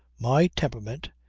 my temperament,